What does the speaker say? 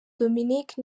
dominic